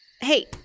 Hey